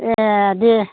ए दे